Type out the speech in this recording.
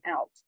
out